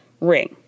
ring